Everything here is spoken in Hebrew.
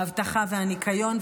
האבטחה והניקיון,